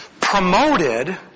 promoted